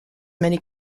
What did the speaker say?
many